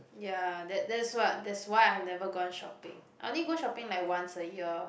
ya that that's what that's why I have never gone shopping I only go shopping like once a year